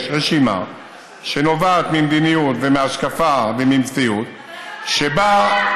רשימה שנובעת ממדיניות ומהשקפה וממציאות שבה,